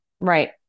right